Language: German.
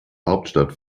hauptstadt